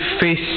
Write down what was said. face